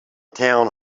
town